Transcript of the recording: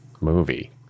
movie